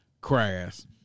crass